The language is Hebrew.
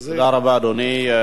תודה רבה, אדוני.